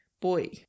boy